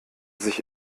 sich